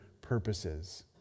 purposes